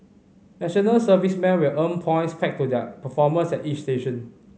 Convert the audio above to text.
national servicemen will earn points pegged to their performance at each station